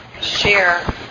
share